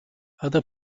other